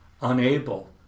unable